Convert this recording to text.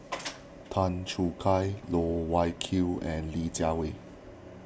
Tan Choo Kai Loh Wai Kiew and Li Jiawei